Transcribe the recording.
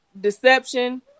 deception